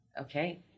okay